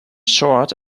short